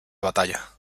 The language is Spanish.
batalla